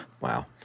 Wow